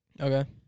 Okay